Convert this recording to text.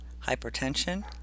hypertension